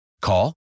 Call